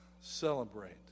Celebrate